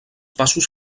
passos